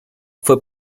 fue